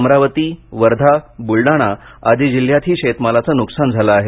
अमरावती वर्धा बुलढाणा आदी जिल्ह्यातही शेतमालाचे नुकसान झाले आहे